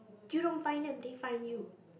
you don't find them they find you